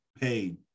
Paid